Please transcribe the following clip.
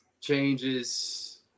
changes